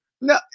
No